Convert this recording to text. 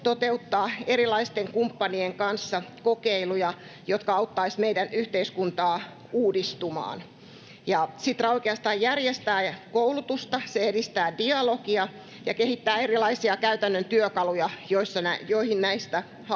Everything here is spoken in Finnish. toteuttaa erilaisten kumppanien kanssa kokeiluja, jotka auttaisivat meidän yhteiskuntaa uudistumaan. Sitra oikeastaan järjestää koulutusta, se edistää dialogia ja kehittää erilaisia käytännön työkaluja, joilla näihin